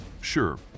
Sure